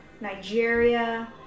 Nigeria